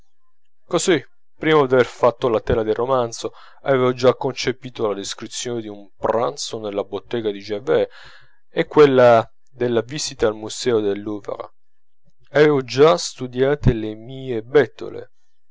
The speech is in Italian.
così prima d'aver fatto la tela del romanzo avevo già concepita la descrizione di un pranzo nella bottega di gervaise e quella della visita al museo del louvre avevo già studiate le mie bettole